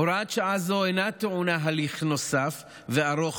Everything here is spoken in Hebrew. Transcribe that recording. הוראת שעה זו אינה טעונה הליך נוסף וארוך